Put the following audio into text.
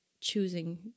choosing